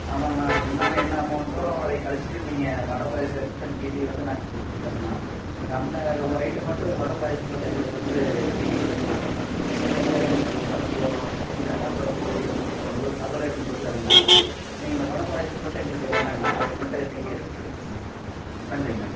ஆமாங்கண்ணா அதுக்கு உண்டான என்ன அமௌண்ட்டோ அதை கழித்துட்டு நீங்கள் வடை பாயசத்தை எடுத்துட்டு மீதியை வந்து நாங்கள் உங்களுக்கு கொடுத்துடுறோங்ண்ணா எங்களுக்கு அந்த ஒரு ஐட்டம் மட்டும் வடை பாயசம் மட்டும் எங்களுக்கு வந்து நீங்கள் எடுத்துக்கங்கண்ணா மீதியெல்லாம் எங்களுக்கு பருப்பு ரசம் பொரியல் புளிக்கொழம்பு அதெல்லாம் இருந்துட்டு போட்டும் நீங்கள் இந்த வடை பாயசத்தை மட்டும் எங்களுக்கு வேண்டாங்கண்ணா அதை மட்டும் நீங்கள் ரிட்டன் எடுத்துக்கங்கண்ணா நன்றிங்கண்ணா